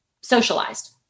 socialized